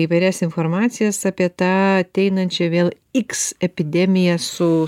įvairias informacijas apie tą ateinančią vėl x epidemiją su